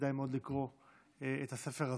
כדאי מאוד לקרוא את הספר הזה.